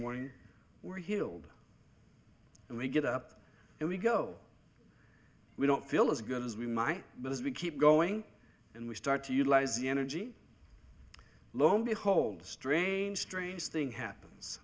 morning we're healed and we get up and we go we don't feel as good as we might but if we keep going and we start to utilise the energy lo and behold a strange strange thing happens